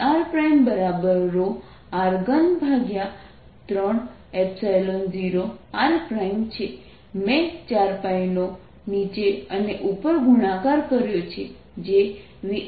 મેં 4π નો નીચે અને ઉપર ગુણાકાર કર્યો છે